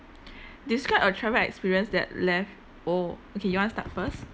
describe a travel experience that left oh okay you want start first